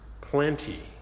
plenty